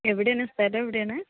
എവിടെയാണ് സ്ഥലം എവിടെയാണ്